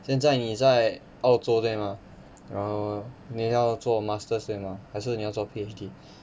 现在你在澳洲对吗然后你要做 masters 对吗还是你要做 P_H_D